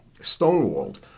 stonewalled